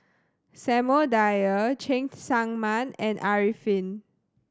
Samuel Dyer Cheng Tsang Man and Arifin